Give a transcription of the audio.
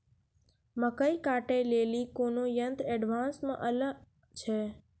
मकई कांटे ले ली कोनो यंत्र एडवांस मे अल छ?